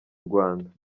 rwanda